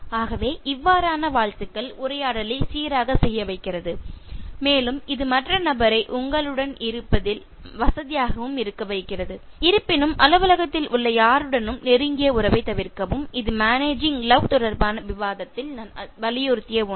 ஆகவே இவ்வாறான வாழ்த்துக்கள் உரையாடலை சீராகச் செய்ய வைக்கிறது மேலும் இது மற்ற நபரை உங்களுடன் இருப்பதில் வசதியாகவும் இருக்கச் செய்கிறது இருப்பினும் அலுவலகத்தில் உள்ள யாருடனும் நெருங்கிய உறவைத் தவிர்க்கவும் இது மேனேஜிங் லவ் தொடர்பான விவாதத்தில் நான் வலியுறுத்திய ஒன்று